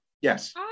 Yes